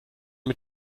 mit